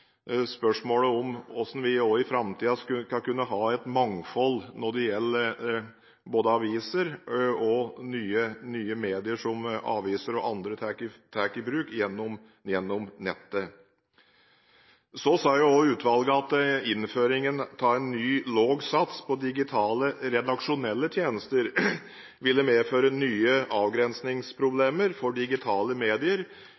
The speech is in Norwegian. om hvordan vi i framtiden skal kunne ha et mangfold av aviser og nye medier, som aviser og andre tar i bruk gjennom nettet. Så sa også utvalget at innføringen av en ny, lav sats på digitale, redaksjonelle tjenester ville medføre nye